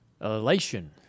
Elation